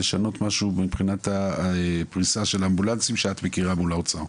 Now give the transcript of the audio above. לשנות משהו מבחינת הפריסה של האמבולנסים שאת מכירה מול האוצר?